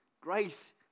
Grace